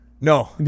No